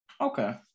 okay